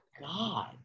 God